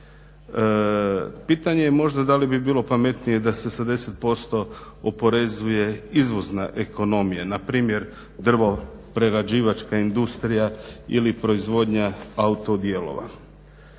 Pitanje je možda da li bi bilo pametnije da se sa 10% oporezuje izvozna ekonomije npr. drvoprerađivačka industrija ili proizvodnja autodijelova.